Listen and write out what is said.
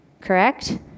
correct